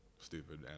stupid